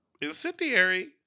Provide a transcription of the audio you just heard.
incendiary